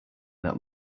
that